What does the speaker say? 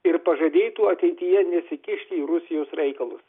ir pažadėtų ateityje nesikišti į rusijos reikalus